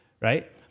right